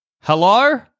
Hello